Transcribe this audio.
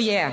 je